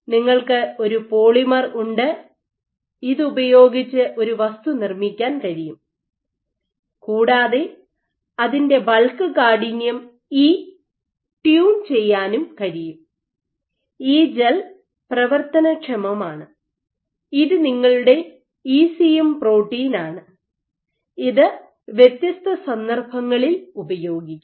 നിങ്ങൾക്ക് ഒരു പോളിമർ ഉണ്ട് ഇത് ഉപയോഗിച്ച് ഒരു വസ്തു നിർമ്മിക്കാൻ കഴിയും കൂടാതെ അതിൻറെ ബൾക്ക് കാഠിന്യം ഇ ട്യൂൺ ചെയ്യാനും കഴിയും ഈ ജെൽ പ്രവർത്തനക്ഷമമാണ് ഇത് നിങ്ങളുടെ ഇസിഎം പ്രോട്ടീൻ ആണ് ഇത് വ്യത്യസ്ത സന്ദർഭങ്ങളിൽ ഉപയോഗിക്കാം